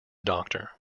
doctor